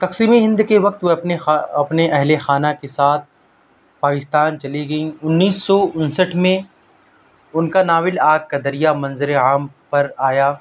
تقسیم ہند کے وقت وہ اپنے اپنے اہل خانہ کے ساتھ پاکستان چلی گئیں انیس سو انسٹھ میں ان کا ناول آگ کا دریا منظرعام پر آیا